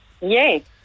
Yes